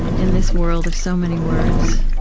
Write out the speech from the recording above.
in this world of so many words,